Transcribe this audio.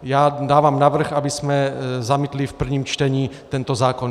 Já dávám návrh, abychom zamítli v prvním čtení tento zákon.